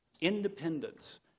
Independence